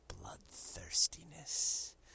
bloodthirstiness